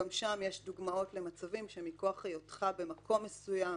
גם שם יש דוגמאות למצבים שמכוח היותך במקום מסוים,